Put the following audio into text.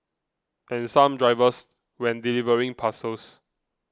and some drivers when delivering parcels